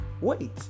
Wait